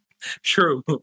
True